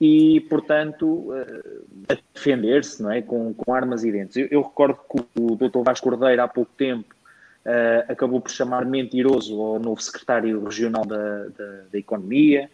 e, portanto, eh, a defender-se, não é? Com- com armas e dentes. Eu- eu recordo que o Dr. Vasco Cordeiro, há pouco tempo, eh, acabou por chamar mentiroso ao novo secretário regional da- da- da economia,